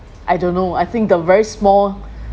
I don't know I think the very small